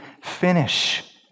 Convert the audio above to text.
finish